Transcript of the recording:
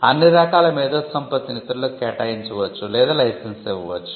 అన్ని రకాల మేధో సంపత్తిని ఇతరులకు కేటాయించవచ్చు లేదా లైసెన్స్ ఇవ్వవచ్చు